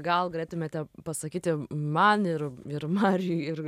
gal galėtumėte pasakyti man ir ir mariui ir